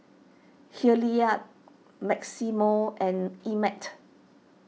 Hilliard Maximo and Emett